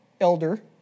elder